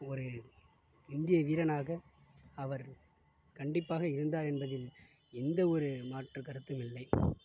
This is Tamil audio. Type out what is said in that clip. ஒரு இந்திய வீரனாக அவர் கண்டிப்பாக இருந்தார் என்பதில் எந்த ஒரு மாற்று கருத்தும் இல்லை